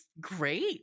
great